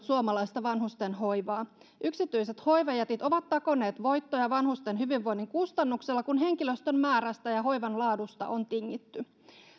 suomalaista vanhustenhoivaa yksityiset hoivajätit ovat takoneet voittoja vanhusten hyvinvoinnin kustannuksella kun henkilöstön määrästä ja hoivan laadusta on tingitty